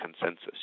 consensus